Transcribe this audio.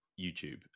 youtube